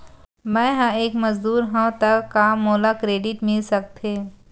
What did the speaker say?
मैं ह एक मजदूर हंव त का मोला क्रेडिट मिल सकथे?